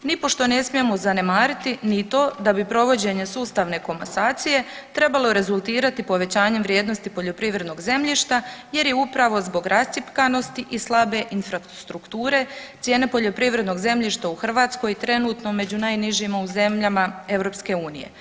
Nipošto ne smijemo zanemariti ni to da bi provođenje sustavne komasacije trebalo rezultirati povećanjem vrijednosti poljoprivrednog zemljišta jer je upravo zbog rascjepkanosti i slabe infrastrukture cijene poljoprivrednog zemljišta u Hrvatskoj trenutno među najnižima u zemljama EU.